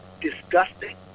Disgusting